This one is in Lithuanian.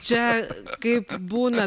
čia kaip būna